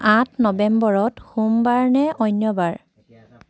আঠ নৱেম্বৰত সোমবাৰ নে অন্য বাৰ